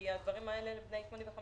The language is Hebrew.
כי הדברים האלה מסובכים.